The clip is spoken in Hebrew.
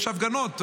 יש הפגנות בקפלן.